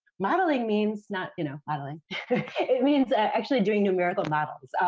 modeling means not, you know, modeling. it means actually doing numerical models.